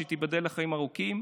שתיבדל לחיים ארוכים,